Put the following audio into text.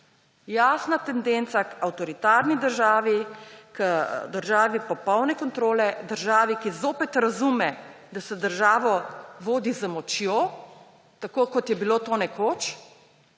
Jasna tendenca k avtoritarni državi, k državi popolne kontrole, državi, ki zopet razume, da se državo vodi z močjo, tako kot je bilo to nekoč,